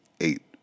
eight